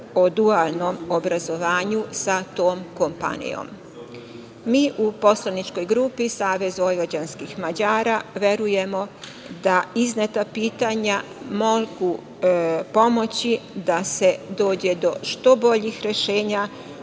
o dualnom obrazovanju sa tom kompanijom? Mi u poslaničkoj grupi SVM verujemo da izneta pitanja mogu pomoći da se dođe do što boljih rešenja